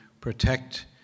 protect